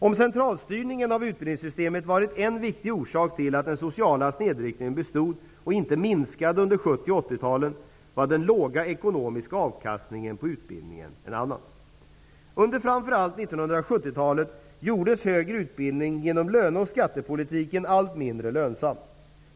Om centralstyrningen av utbildningssystemet varit en viktig orsak till att den sociala snedrekryteringen bestod och inte minskade under 1970 och 80-talen, var den låga ekonomiska avkastningen på utbildningen en annan. Under framför allt 1970-talet gjordes högre utbildning genom löne och skattepolitiken allt mindre lönsam.